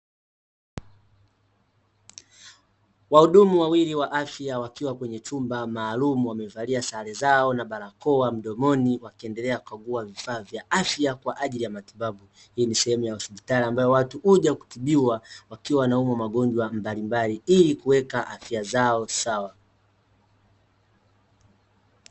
Wahudumu wawili wa afya wakiwa kwenye chumba maalumu wamevaliya sare zao na barakoa mdomoni wakiendelea kukaguwa vifaa vya afya kwa ajili ya matibabu. Hii ni sehemu ya hospitali ambayo watu huja kutibiwa wakiwa wanaumwa magonjwa mbalimbali ili kuweka afya zao sawa.